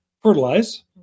fertilize